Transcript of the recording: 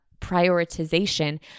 prioritization